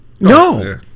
No